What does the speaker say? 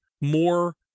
more